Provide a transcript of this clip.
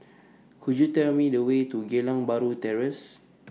Could YOU Tell Me The Way to Geylang Bahru Terrace